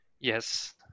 Yes